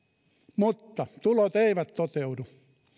mutta tulot eivät toteudu